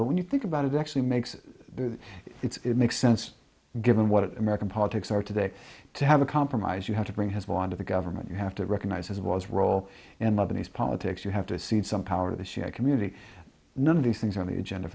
but when you think about it actually makes it's it makes sense given what american politics are today to have a compromise you have to bring has won to the government you have to recognize it was role and lebanese politics you have to cede some power to the shiite community none of these things are on the agenda